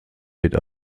wird